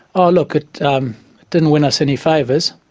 oh look, it didn't win us any favours.